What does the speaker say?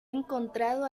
encontrado